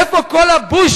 איפה כל הבוז'ים